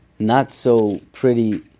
not-so-pretty